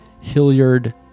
Hilliard